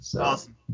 awesome